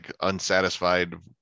unsatisfied